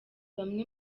bamwe